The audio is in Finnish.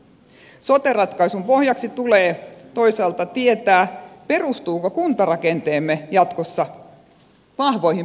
sote ratkaisujen pohjaksi tulee toisaalta tietää perustuuko kuntarakenteemme jatkossa vahvoihin peruskuntiin vai ei